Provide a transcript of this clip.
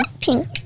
Pink